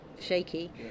shaky